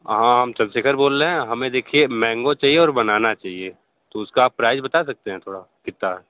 हाँ हम चंदशेखर बोल रहे है हमें देखिये मैंगो चाहिए और बनाना चाहिए तो उसका प्राइज बता सकते हैं थोड़ा कितना